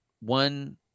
one